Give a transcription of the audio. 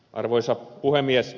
arvoisa puhemies